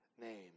name